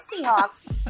Seahawks